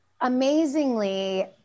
Amazingly